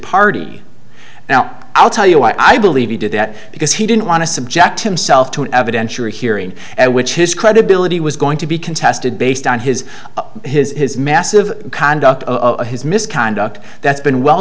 party now i'll tell you why i believe he did that because he didn't want to subject himself to an evidentiary hearing at which his credibility was going to be contested based on his his his massive conduct of his misconduct that's been well